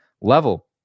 level